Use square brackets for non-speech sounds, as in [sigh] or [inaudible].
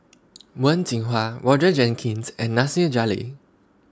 [noise] Wen Jinhua Roger Jenkins and Nasir Jalil